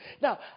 Now